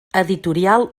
editorial